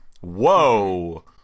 whoa